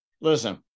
Listen